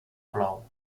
plou